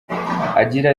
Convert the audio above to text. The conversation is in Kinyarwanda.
agira